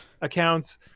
accounts